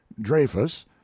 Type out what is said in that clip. Dreyfus